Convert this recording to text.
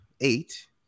eight